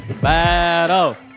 Battle